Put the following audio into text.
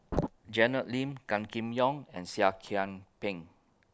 Janet Lim Gan Kim Yong and Seah Kian Peng